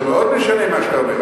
לא, זה מאוד משנה מה שאתה אומר.